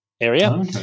area